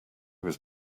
was